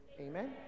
Amen